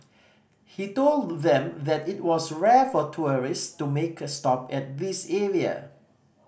he told them that it was rare for tourist to make a stop at this area